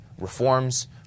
reforms